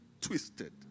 Twisted